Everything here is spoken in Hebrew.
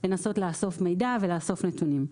לנסות לאסוף מידע ולאסף נתונים.